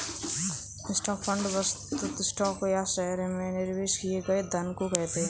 stock fund वस्तुतः stock या शहर में निवेश किए गए धन को कहते हैं